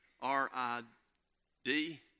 R-I-D